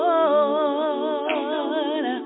Lord